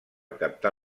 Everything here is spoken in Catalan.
captar